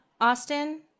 Austin